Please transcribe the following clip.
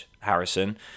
Harrison